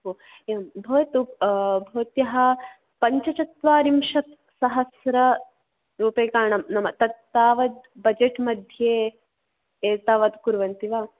हो एवं भवतु भवत्याः पञ्चचत्वारिंशत् सहस्ररूप्यकाणां नाम तत् तावत् बजेट् मध्ये एतावत् कुर्वन्ति वा